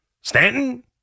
Stanton